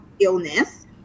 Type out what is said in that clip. illness